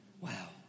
Wow